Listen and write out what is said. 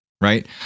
Right